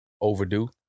overdue